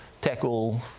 tackle